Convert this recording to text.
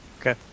Okay